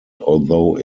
although